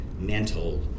mental